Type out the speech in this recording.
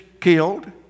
killed